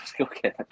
okay